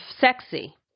sexy